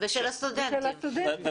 ושל הסטודנטים.